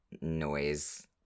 noise